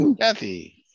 Kathy